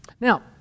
Now